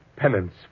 Penance